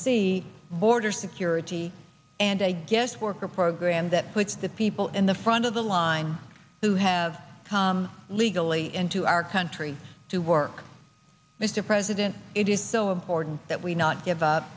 see border security and a guest worker program that puts the people in the front of the line who have come legally into our country to work mr president it is so important that we not give up